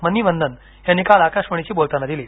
मनीवन्नन यांनी काल आकाशवाणीशी बोलताना दिली